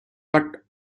but